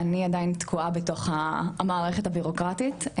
אני עדיין תקועה בתוך המערכת הבירוקרטית,